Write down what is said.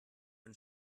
ein